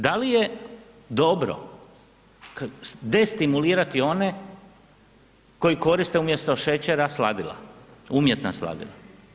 Da li je dobro destimulirati one koji koriste umjesto šećera sladila, umjetna sladila?